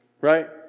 Right